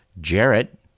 Jarrett